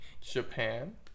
Japan